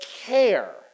care